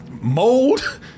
mold